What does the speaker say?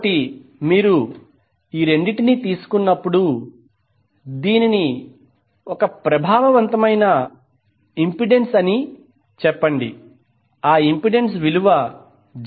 కాబట్టి మీరు ఈ రెండింటినీ తీసుకున్నప్పుడు దీనిని ప్రభావవంతమైన ఇంపెడెన్స్ అని చెప్పండి Z1 j2||40